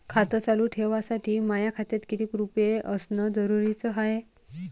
खातं चालू ठेवासाठी माया खात्यात कितीक रुपये असनं जरुरीच हाय?